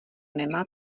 nemá